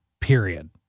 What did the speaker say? period